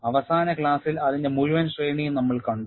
അവസാന ക്ലാസിൽ അതിന്റെ മുഴുവൻ ശ്രേണിയും നമ്മൾ കണ്ടു